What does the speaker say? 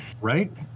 Right